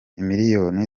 miliyoni